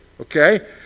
Okay